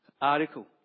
article